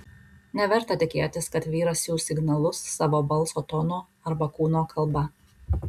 neverta tikėtis kad vyras siųs signalus savo balso tonu arba kūno kalba